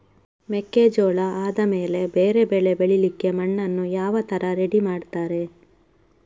ಮೆಕ್ಕೆಜೋಳ ಆದಮೇಲೆ ಬೇರೆ ಬೆಳೆ ಬೆಳಿಲಿಕ್ಕೆ ಮಣ್ಣನ್ನು ಯಾವ ತರ ರೆಡಿ ಮಾಡ್ತಾರೆ?